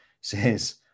says